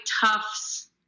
tufts